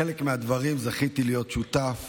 בחלק מהדברים זכיתי להיות שותף